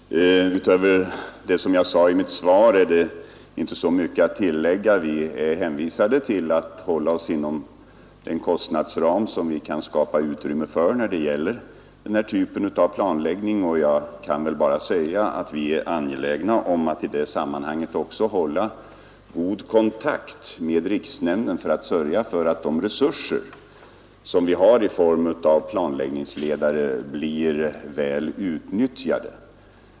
Fru talman! Utöver det som jag sade i mitt svar är det inte så mycket att tillägga. Vi är hänvisade till att hålla oss inom den kostnadsram som vi kan åstadkomma när det gäller den här typen av planläggning och jag vill betona att vi är angelägna om att i det här sammanhanget också hålla god kontakt med riksnämnden för att sörja för att de resurser som finns i form av planläggningsledare blir väl utnyttjade.